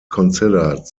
considered